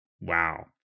wow